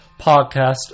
podcast